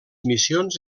missions